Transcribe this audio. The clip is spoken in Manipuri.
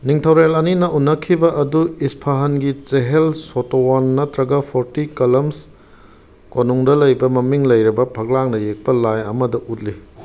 ꯅꯤꯡꯊꯨꯔꯦꯜ ꯑꯅꯤꯅ ꯎꯅꯈꯤꯕ ꯑꯗꯨ ꯏꯁꯐꯥꯍꯥꯟꯒꯤ ꯆꯦꯍꯦꯜꯁ ꯁꯣꯇꯣꯋꯥꯟ ꯅꯠꯇ꯭ꯔꯒ ꯐꯣꯔꯇꯤ ꯀꯂꯝꯁ ꯀꯣꯅꯨꯡꯗ ꯂꯩꯔꯕ ꯃꯃꯤꯡ ꯂꯩꯔꯕ ꯐꯛꯂꯥꯡꯗ ꯌꯦꯛꯄ ꯂꯥꯏ ꯑꯃꯗ ꯎꯠꯂꯤ